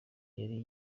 yari